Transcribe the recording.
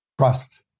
Trust